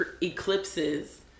eclipses